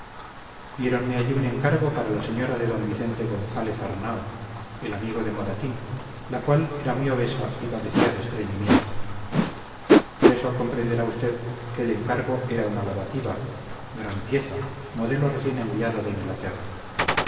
imaginar diéronme allí un encargo para la señora de d vicente gonzález arnao el amigo de moratín la cual era muy obesa y padecía de estreñimiento por esto comprenderá usted que el encargo era una lavativa gran pieza modelo recién enviado de inglaterra